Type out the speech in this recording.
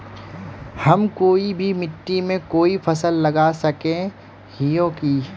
हम कोई भी मिट्टी में कोई फसल लगा सके हिये की?